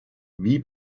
wie